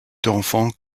d’enfants